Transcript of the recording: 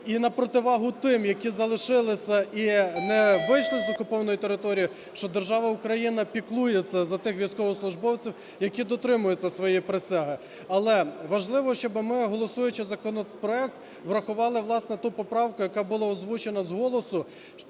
і на противагу тим, які залишилися і не вийшли з окупованої території, що держава Україна піклується за тих військовослужбовців, які дотримуються своєї присяги. Але важливо, щоби ми, голосуючи законопроект, врахували, власне, ту поправку, яка була озвучена з голосу,